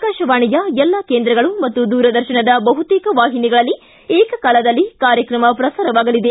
ಆಕಾಶವಾಣಿಯ ಎಲ್ಲಾ ಕೇಂದ್ರಗಳು ಮತ್ತು ದೂರದರ್ಶನದ ಬಹುತೇಕ ವಾಹಿನಿಗಳಲ್ಲಿ ಏಕಕಾಲದಲ್ಲಿ ಕಾರ್ಯಕ್ರಮ ಪ್ರಸಾರವಾಗಲಿದೆ